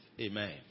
amen